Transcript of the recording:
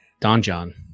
Donjon